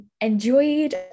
enjoyed